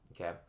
okay